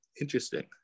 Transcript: Interesting